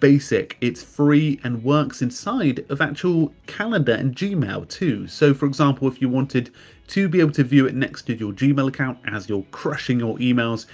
basic. it's free and works inside of actual calendar and gmail too. so for example, if you wanted to be able to view it next to your gmail account as you're crushing your emails,